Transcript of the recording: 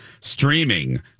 streaming